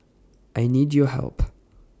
I need your help